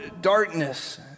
darkness